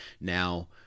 Now